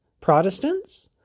Protestants